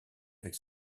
avec